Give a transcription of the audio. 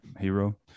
hero